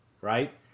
right